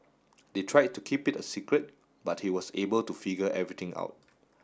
they tried to keep it a secret but he was able to figure everything out